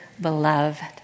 beloved